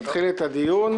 נתחיל את הדיון.